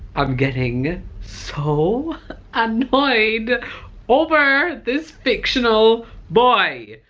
um getting so annoyed over this fictional boy!